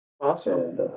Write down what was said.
Awesome